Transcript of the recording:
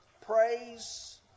praise